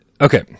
okay